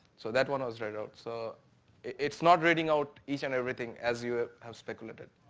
so that one was read out. so it's not reading out each and everything as you have speculated.